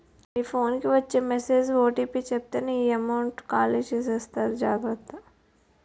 మీ phone కి వచ్చే message OTP చెప్పితే నీకే కామెంటు ఖాళీ చేసేస్తారు జాగ్రత్త